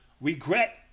regret